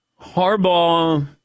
Harbaugh